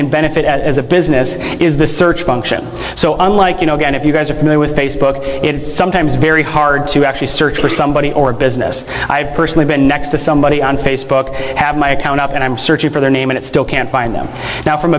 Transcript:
can benefit as a business is the search function so unlike you know again if you guys are familiar with facebook it's sometimes very hard to actually search for somebody or business i have personally been next to somebody on facebook have my account up and i'm searching for their name and still can't find them now from